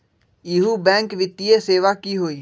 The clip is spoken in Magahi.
इहु बैंक वित्तीय सेवा की होई?